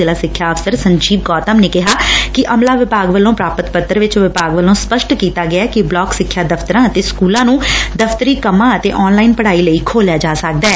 ਜ਼ਿਲਾ ਸਿੱਖਿਆ ਅਫ਼ਸਰ ਸੰਜੀਵ ਗੌਤਮ ਨੇ ਕਿਹਾ ਕਿ ਅਮਲਾ ਵਿਭਾਗ ਵੱਲੋ ਪ੍ਰਾਪਤ ਪੱਤਰ ਵਿਚ ਵਿਭਾਗ ਵੱਲੋ ਸਪਸ਼ਟ ਕੀਤਾ ਗਿਐ ਕਿ ਬਲਾਕ ਸਿੱਖਿਆ ਦਫ਼ਤਰਾਂ ਅਤੇ ਸਕੁਲਾਂ ਨੂੰ ਦਫ਼ਤਰੀ ਕੰਮਾਂ ਐਤ ਆਨਲਾਈਨ ਪੜਾਈ ਲਈ ਖੋਲ੍ਹਿਆ ਜਾ ਸਕਦੈ